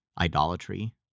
idolatry